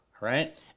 right